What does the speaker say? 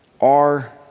are